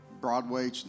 Broadway